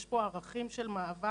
יש פה ערכים של מאבק